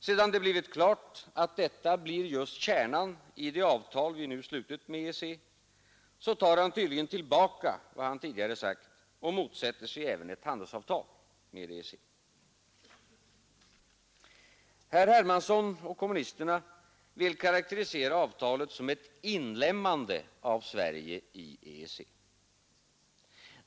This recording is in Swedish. Sedan det blivit klart, att detta är just kärnan i det avtal vi nu slutit med EEC, tar han tydligen tillbaka vad han tidigare har sagt och motsätter sig även ett handelsavtal med EEC. Herr Hermansson och kommunisterna vill karakterisera avtalet som ett ”inlemmande” av Sverige i EEC.